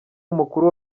umukuru